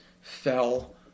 fell